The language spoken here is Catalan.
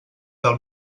del